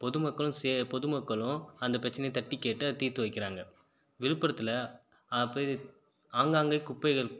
பொதுமக்களும் பொதுமக்களும் அந்த பிரச்சினையை தட்டிக்கேட்டு அதை தீர்த்து வைக்கிறாங்க விழுப்புரத்துல போய் ஆங்காங்கே குப்பைகள்